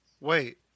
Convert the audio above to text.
Wait